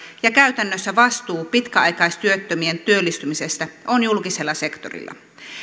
ja käytännössä vastuu pitkäaikaistyöttömien työllistymisestä on julkisella sektorilla